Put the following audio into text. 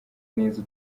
neza